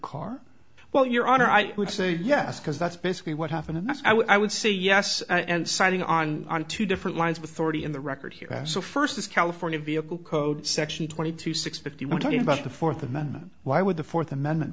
car well your honor i would say yes because that's basically what happened and i would say yes and sighting on on two different lines with already in the record here so first this california vehicle code section twenty two six fifty we're talking about the fourth amendment why would the fourth amendment